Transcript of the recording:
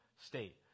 state